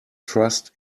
trust